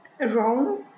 Rome